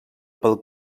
pel